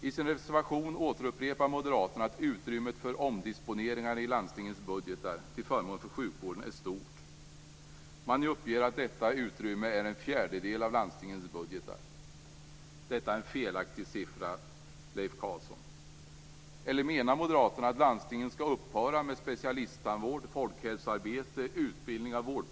I sin reservation upprepar Moderaterna att utrymmet för omdisponeringar i landstingens budgetar till förmån för sjukvården är stort. Man uppger att detta utrymme är en fjärdedel av landstingens budgetar. Detta är en felaktig siffra, Leif Carlson.